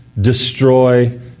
destroy